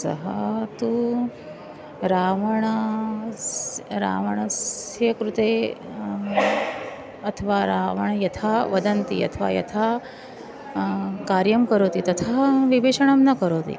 सः तु रावणस्य रावणस्य कृते अथवा रावणः यथा वदन्ति अथवा यथा कार्यं करोति तथा विभीषणं न करोति